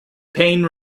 paine